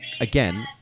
again